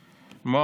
לדעתי.